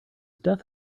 death